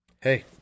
Hey